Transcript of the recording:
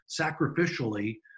sacrificially